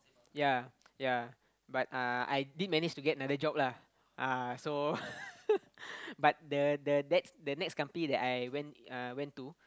ya ya but uh I did manage to get another job lah ah so but the the that the next company that I went uh went to